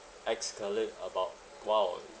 ex-colleague about !wow!